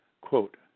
Quote